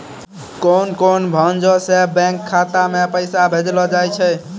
कोन कोन भांजो से बैंक खाता मे पैसा भेजलो जाय छै?